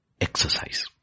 exercise